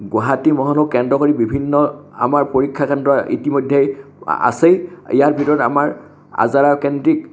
গুৱাহাটী মহানগৰক কেন্দ্ৰ কৰিয়েই বিভিন্ন আমাৰ পৰীক্ষা কেন্দ্ৰ ইতিমধ্যেই আছেই ইয়াৰ ভিতৰত আমাৰ আজাৰা কেন্দ্ৰিক